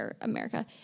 America